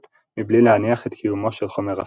מבלי להניח את קיומו של חומר אפל.